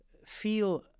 feel